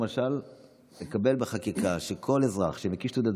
למשל לקבל בחקיקה שכל אזרח שמקיש תעודת